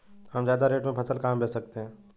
हम ज्यादा रेट में फसल कहाँ बेच सकते हैं?